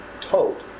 told